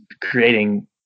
creating